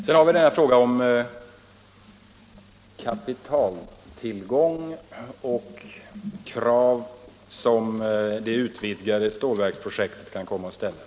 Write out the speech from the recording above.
Sedan har vi frågan om kapitaltillgången och de krav som det utvidgade stålverksprojektet kan komma att ställa.